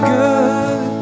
good